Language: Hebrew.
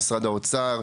משרד האוצר,